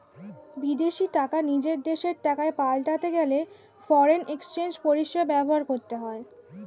বিদেশী টাকা নিজের দেশের টাকায় পাল্টাতে গেলে ফরেন এক্সচেঞ্জ পরিষেবা ব্যবহার করতে হয়